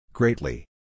Greatly